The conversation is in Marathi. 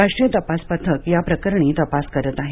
राष्ट्रीय तपास पथक या प्रकरणी तपास करत आहे